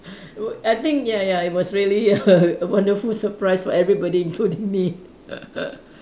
w~ I think ya ya it was really a a wonderful surprise for everybody including me